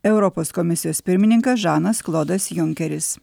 europos komisijos pirmininkas žanas klodas junkeris